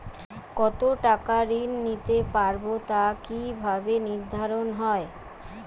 কতো টাকা ঋণ নিতে পারবো তা কি ভাবে নির্ধারণ হয়?